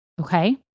okay